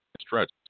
stretch